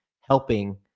helping